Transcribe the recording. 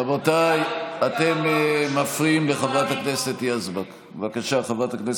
רבותיי, אתם מפריעים לחברת הכנסת יזבק.